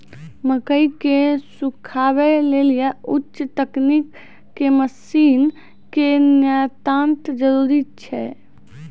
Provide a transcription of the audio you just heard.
मकई के सुखावे लेली उच्च तकनीक के मसीन के नितांत जरूरी छैय?